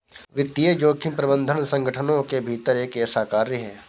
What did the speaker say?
वित्तीय जोखिम प्रबंधन संगठनों के भीतर एक ऐसा कार्य है